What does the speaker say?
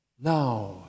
Now